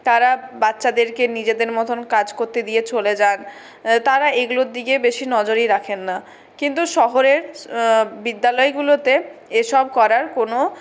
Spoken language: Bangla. তারা বাচ্চাদেরকে নিজেদের মতো কাজ করতে দিয়ে চলে যান তারা এইগুলোর দিগে বেশী নজরই রাখেন না কিন্তু শহরের বিদ্যালয়গুলোতে এসব করার কোনও